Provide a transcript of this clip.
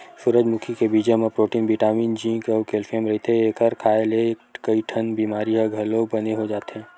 सूरजमुखी के बीजा म प्रोटीन बिटामिन जिंक अउ केल्सियम रहिथे, एखर खांए ले कइठन बिमारी ह घलो बने हो जाथे